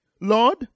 Lord